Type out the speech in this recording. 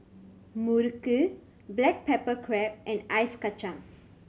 muruku black pepper crab and Ice Kachang